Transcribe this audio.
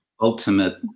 ultimate